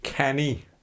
Kenny